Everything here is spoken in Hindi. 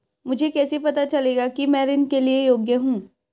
मुझे कैसे पता चलेगा कि मैं ऋण के लिए योग्य हूँ?